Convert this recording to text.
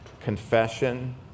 confession